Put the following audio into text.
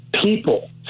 people